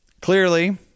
Clearly